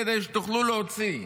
כדי שתוכלו להוציא.